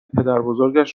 پدربزرگش